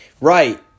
Right